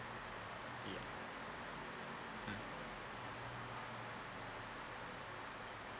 ya mm